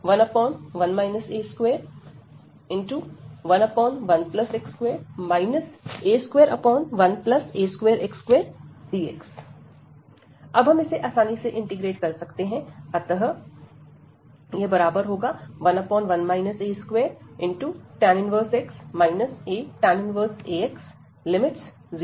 a011a2x21x2dx011 a211x2 a21a2x2dx अब हम इसे आसानी से इंटीग्रेट कर सकते हैं अतः 11 a2tan 1x atan 1ax